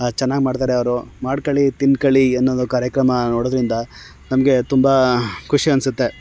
ಚೆನ್ನಾಗಿ ಮಾಡ್ತಾರೆ ಅವರು ಮಾಡ್ಕೋಳಿ ತಿನ್ಕೋಳಿ ಅನ್ನೊ ಒಂದು ಕಾರ್ಯಕ್ರಮ ನೋಡೋದರಿಂದ ನಮಗೆ ತುಂಬ ಖುಷಿ ಅನಿಸುತ್ತೆ